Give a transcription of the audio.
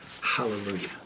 Hallelujah